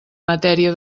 matèria